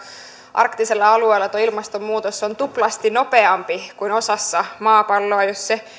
arktisella alueella tuo ilmastonmuutos on tuplasti nopeampi kuin osassa maapalloa jos se